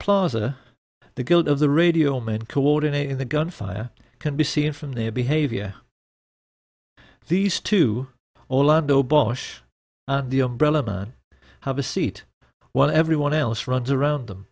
plaza the guilt of the radio man coordinating the gunfire can be seen from their behavior these two orlando bosch the umbrella have a seat while everyone else runs around the